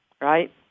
Right